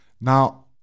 now